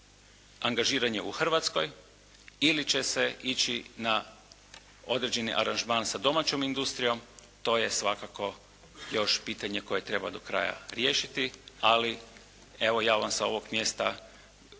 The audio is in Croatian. angažiranje u Hrvatskoj ili će se ići na određeni aranžman sa domaćom industrijom. To je svakako još pitanje koje treba do kraja riješiti. Ali evo ja vas sa ovog mjesta